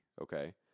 okay